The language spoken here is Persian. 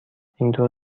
اینطور